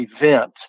event